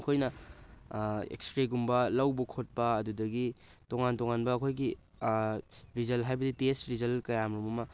ꯑꯩꯈꯣꯏꯅ X ray ꯒꯨꯝꯕ ꯂꯧꯕ ꯈꯣꯠꯄ ꯑꯗꯨꯗꯒꯤ ꯇꯣꯉꯥꯟ ꯇꯣꯉꯥꯟꯕ ꯑꯩꯈꯣꯏꯒꯤ ꯔꯤꯖꯜ ꯍꯥꯏꯕꯗꯤ ꯇꯦꯁ ꯔꯤꯖꯜ ꯀꯌꯥ ꯃꯔꯣꯝ ꯑꯃ